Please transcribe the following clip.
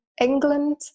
england